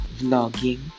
vlogging